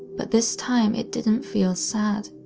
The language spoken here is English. but this time it didn't feel sad,